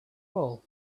all